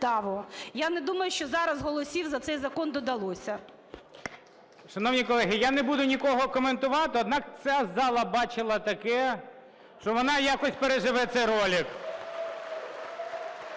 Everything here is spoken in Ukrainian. Я не думаю, що зараз голосів за цей закон додалося.